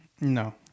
No